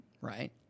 right